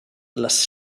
les